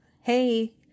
hey